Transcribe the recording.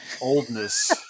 oldness